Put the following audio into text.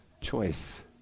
choice